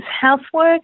housework